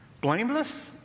Blameless